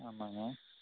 ஆமாங்க